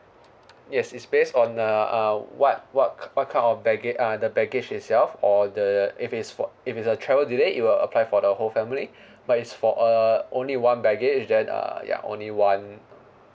yes it's based on a uh what what K~ what kind of baggage uh the baggage itself or the if it's for if it's a travel delay it will apply for the whole family but it's for uh only one baggage then uh ya only one